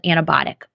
antibiotic